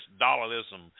dollarism